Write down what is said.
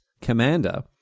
Commander